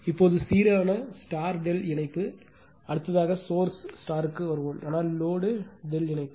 இப்போது சீரான ∆ இணைப்பு அடுத்ததாக சோர்ஸ்ற்கு வரும் ஆனால் லோடு ∆ இணைப்பு